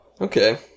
Okay